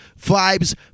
vibes